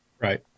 Right